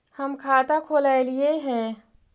हम खाता खोलैलिये हे?